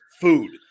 food